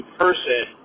person